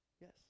Yes